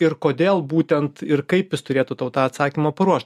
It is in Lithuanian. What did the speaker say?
ir kodėl būtent ir kaip jis turėtų tau tą atsakymą paruošt